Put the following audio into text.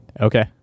Okay